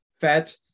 fat